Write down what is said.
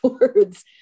words